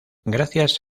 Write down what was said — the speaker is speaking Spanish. gracias